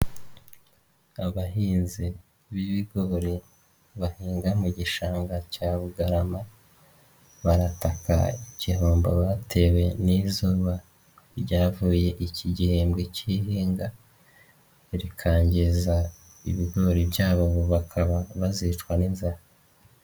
Abahinzi b'ibigori bahinga mu gishanga cya Bugarama, barataka igirombo batewe n'izuba ryavuye iki gihembwe cy'ihinga rikangiza ibigori byabo, bakaba bazicwa n'inzara.